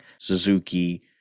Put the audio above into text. Suzuki